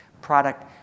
product